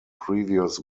previous